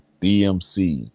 DMC